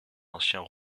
anciens